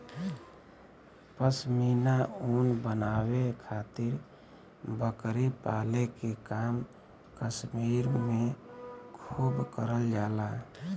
पश्मीना ऊन बनावे खातिर बकरी पाले के काम कश्मीर में खूब करल जाला